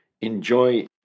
enjoy